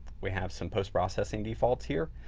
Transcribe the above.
we have some postprocessing defaults here.